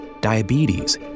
diabetes